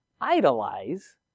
idolize